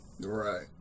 Right